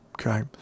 Okay